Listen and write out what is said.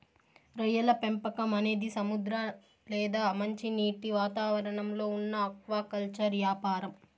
రొయ్యల పెంపకం అనేది సముద్ర లేదా మంచినీటి వాతావరణంలో ఉన్న ఆక్వాకల్చర్ యాపారం